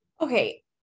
okay